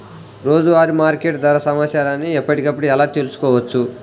రోజువారీ మార్కెట్ ధర సమాచారాన్ని ఎప్పటికప్పుడు ఎలా తెలుసుకోవచ్చు?